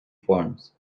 forms